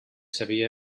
sabia